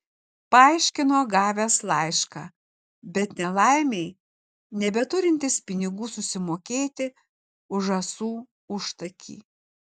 paaiškino gavęs laišką bet nelaimei nebeturintis pinigų susimokėti už žąsų užtakį